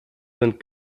sind